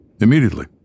immediately